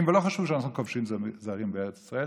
ולא חשבו שאנחנו כובשים זרים בארץ ישראל,